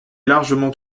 largement